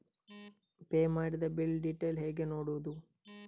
Pay ಮಾಡಿದ bill detail ಹೇಗೆ ನೋಡುವುದು?